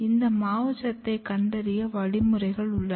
இந்த மாவுச்சத்தை கண்டறிய வழிமுறைகள் உள்ளது